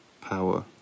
power